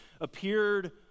appeared